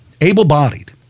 able-bodied